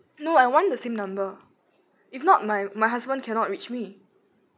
no I want the same number if not my my husband cannot reach me